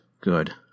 good